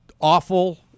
awful